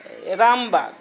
Rambagh